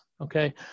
okay